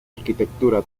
arquitectura